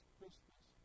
Christmas